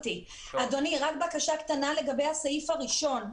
אדוני, רק בקשה קטנה לגבי הסעיף הראשון.